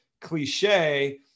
cliche